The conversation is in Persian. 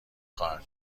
خواهد